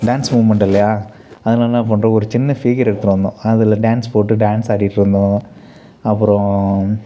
dance moment இல்லையா அதில் என்ன பண்ணிட்டோம் ஒரு சின்ன ஸ்பீக்கரு எடுத்துகிட்டு வந்தோம் அதில் டான்ஸ் போட்டு டான்ஸ் ஆடிட்டுருந்தோம் அப்புறோம்